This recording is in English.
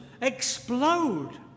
explode